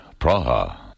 Praha